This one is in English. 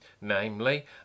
namely